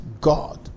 God